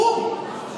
בום.